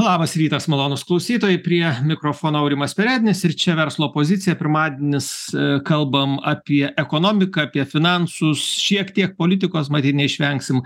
labas rytas malonūs klausytojai prie mikrofono aurimas perednis ir čia verslo pozicija pirmadienis kalbam apie ekonomiką apie finansus šiek tiek politikos matyt neišvengsim